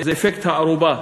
אפקט הארובה,